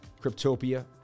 Cryptopia